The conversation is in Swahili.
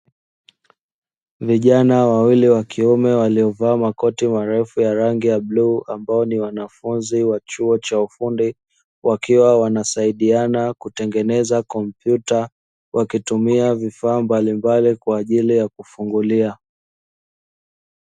Vijana wawili wa kiume waliyovaa makoti marefu ya rangi ya bluu, ambao ni wanafunzi wa chuo cha ufundi, wakiwa wanasaidiana kutengeneza kompyuta, wakitumia vifaa mbalimbali kwa ajili ya kufungilia.